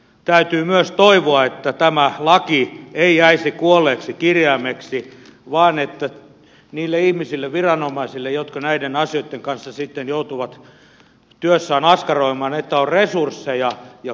täytyy myös toivoa että tämä laki ei jäisi kuolleeksi kirjaimeksi vaan että niille ihmisille viranomaisille jotka näiden asioitten kanssa sitten joutuvat työssään askaroimaan on resursseja ja koulutusta